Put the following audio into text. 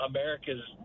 America's